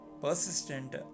persistent